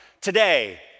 today